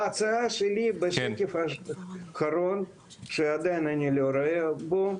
ההצעה שלי בשקף האחרון שעדיין אני לא רואה אותו,